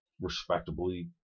respectably